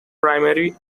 primary